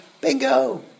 Bingo